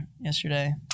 yesterday